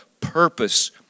purpose